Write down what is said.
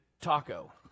taco